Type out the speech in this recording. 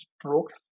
Strokes